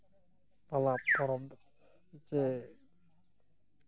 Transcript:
ᱯᱟᱞᱟᱣ ᱯᱚᱨᱚᱵᱽ ᱫᱚ ᱡᱮ